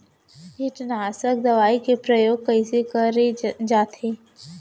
कीटनाशक दवई के प्रयोग कइसे करे जाथे?